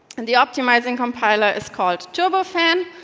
and the optimising compiler is called turbofan.